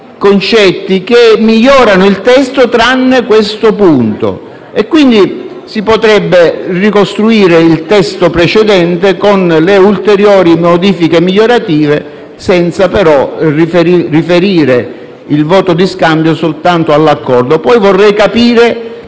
concetti che migliorano il testo, tranne nel punto in questione. Quindi, si potrebbe ricostruire il testo precedente con le ulteriori modifiche migliorative senza, però, riferire il voto di scambio soltanto all'accordo. Vorrei poi